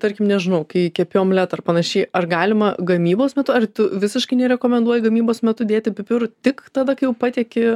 tarkim nežinau kai kepi omletą ar panašiai ar galima gamybos metu ar tu visiškai nerekomenduoji gamybos metu dėti pipirų tik tada kai jau patieki